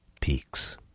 peaks